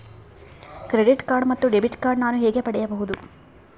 Credit card ಮತ್ತು debit card ನಾನು ಹೇಗೆ ಪಡೆಯಬಹುದು?